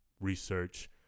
research